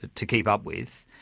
to keep up with.